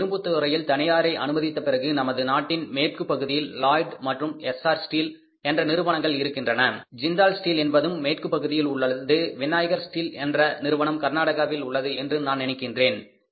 எனவே இரும்பு துறையில் தனியாரை அனுமதித்த பிறகு நமது நாட்டின் மேற்குப்பகுதியில் லாய்ட் மற்றும் எஸ்ஆர் ஸ்டீல் SR steel என்ற நிறுவனங்கள் இருக்கின்றன ஜிந்தால் ஸ்டீல் என்பதும் மேற்குப் பகுதியில் உள்ளது விநாயகர் ஸ்டில் என்ற நிறுவனம் கர்நாடகாவில் உள்ளது என்று நான் நினைக்கின்றேன்